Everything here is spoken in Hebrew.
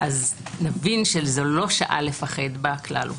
נבין שזו לא שעה לפחד בה כלל וכלל.